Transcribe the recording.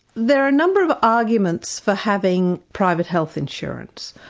there are a number of arguments for having private health insurance.